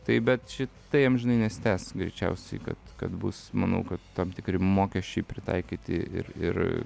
tai bet ši tai amžinai nesitęs greičiausiai kad kad bus manau kad tam tikri mokesčiai pritaikyti ir ir